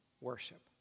worship